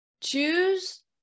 choose